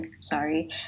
sorry